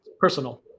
Personal